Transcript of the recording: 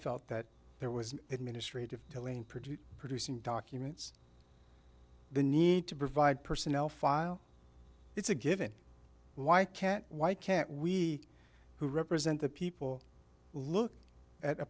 that there was an administrative delaying produce producing documents the need to provide personnel file it's a given why can't why can't we who represent the people look at a